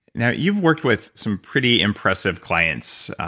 now, you've worked with some pretty impressive clients,